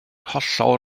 hollol